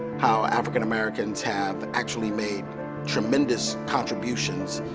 how african americans have actually made tremendous contributions.